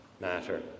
matter